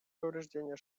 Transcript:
повреждения